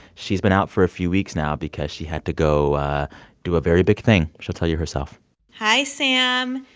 she's been out for a few weeks now because she had to go do a very big thing. she'll tell you herself hi, sam.